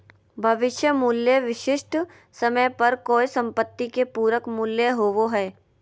भविष्य मूल्य विशिष्ट समय पर कोय सम्पत्ति के पूरक मूल्य होबो हय